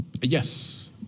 Yes